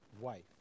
wife